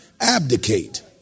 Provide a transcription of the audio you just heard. Abdicate